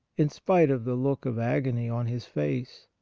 in spite of the look of agony on his face,